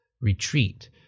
retreat